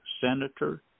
senator